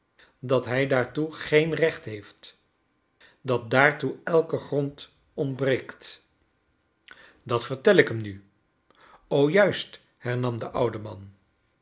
dat hij daartoe geen recht heeft dat daartoe elke grond ontbreekt dat vertel ik hem nu o juist hernam de oude man